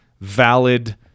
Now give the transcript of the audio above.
valid